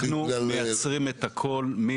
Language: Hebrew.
אנחנו מייצרים את הכול.